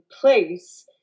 place